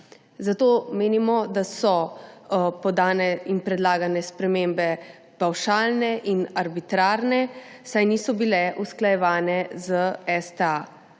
Zato menimo, da so podane in predlagane spremembe pavšalne in arbitrarne, saj niso bile usklajevane s STA.